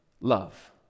love